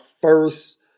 first –